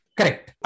Correct